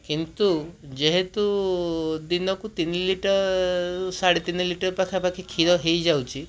କିନ୍ତୁ ଯେହେତୁ ଦିନକୁ ତିନିଲିଟର ସାଡ଼େତିନି ଲିଟର ପାଖାପାଖି କ୍ଷୀର ହେଇଯାଉଛି